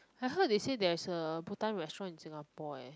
I heard they say there is a bhutan restaurant in singapore eh